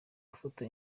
gufata